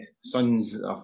sons